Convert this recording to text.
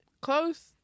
close